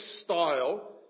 style